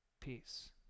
Peace